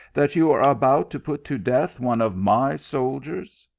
that you are about to put to death one of my soldiers?